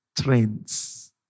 trends